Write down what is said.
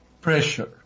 pressure